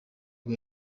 bwo